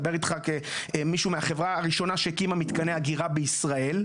אני מדבר איתך כמישהו מהחברה הראשונה שהקימה מתקני אגירה בישראל.